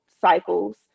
cycles